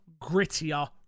grittier